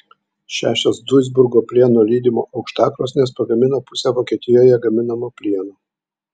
šešios duisburgo plieno lydimo aukštakrosnės pagamina pusę vokietijoje gaminamo plieno